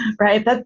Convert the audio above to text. Right